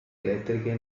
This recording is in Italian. elettriche